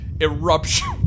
eruption